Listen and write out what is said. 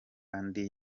andi